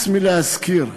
הס מלהזכיר.